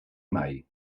mai